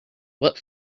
what